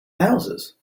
houses